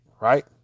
right